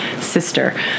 sister